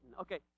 Okay